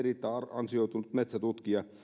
ansioitunut metsätutkija